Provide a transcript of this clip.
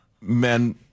men